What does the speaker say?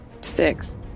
six